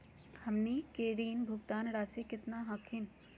हमनी के ऋण भुगतान रासी केतना हखिन?